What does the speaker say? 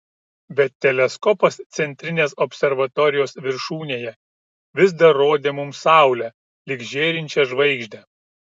bet teleskopas centrinės observatorijos viršūnėje vis dar rodė mums saulę lyg žėrinčią žvaigždę